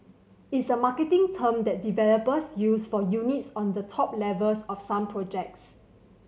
it's a marketing term that developers use for units on the top levels of some projects